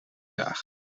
zagen